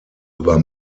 über